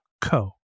co